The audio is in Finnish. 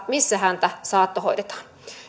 missä häntä saattohoidetaan